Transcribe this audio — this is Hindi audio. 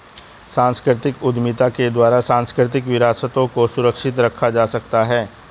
सांस्कृतिक उद्यमिता के द्वारा सांस्कृतिक विरासतों को सुरक्षित रखा जा सकता है